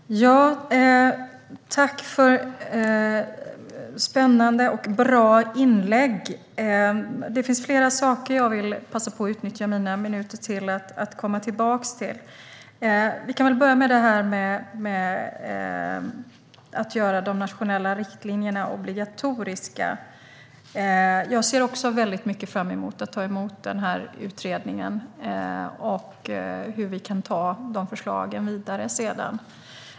Herr talman! Tack för spännande och bra inlägg! Det finns flera saker jag vill passa på att utnyttja mina minuter till att komma tillbaka till. Vi kan börja med detta med att göra de nationella riktlinjerna obligatoriska. Också jag ser väldigt mycket fram emot att ta emot utredningen och hur vi sedan kan ta de förslagen vidare.